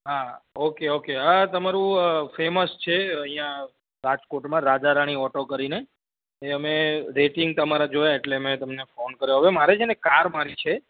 હા okay okay આ તમારું ફેમસ છે અહિયા રાજકોટમાં રાજારાણી ઓટો કરીને એ અમે રેટિંગ તમારા જોયા એટલે મેં તમને ફોન કર્યો હવે મારે છે ને કાર મારી છે